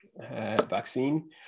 vaccine